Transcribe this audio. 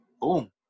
boom